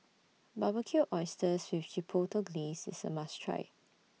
Barbecued Oysters with Chipotle Glaze IS A must Try